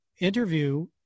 interview